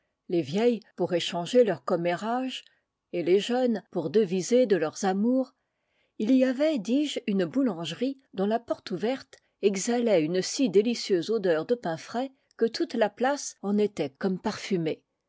les vieilles pour échanger leurs commérages et les jeunes pour deviser de leurs amours il y avait dis-je une boulangerie dont la porte ouverte exhalait une si délicieuse odeur de pain frais que toute la place en était comme parfumée